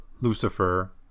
Lucifer